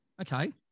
Okay